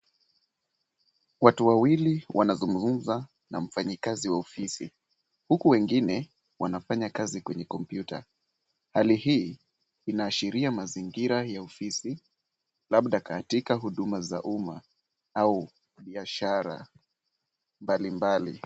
Watu wawili wanazungumza na mfanyikazi wa ofisi, huku wengine wanafanya kazi kwenye kompyuta. Hali hii inaashiria mazingira ya ofisi, labda katika huduma za uma au biashara mbalimbali.